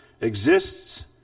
exists